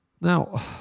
Now